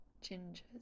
Ginger's